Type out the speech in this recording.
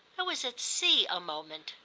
i was at sea a moment.